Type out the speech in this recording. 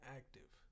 active